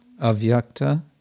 avyakta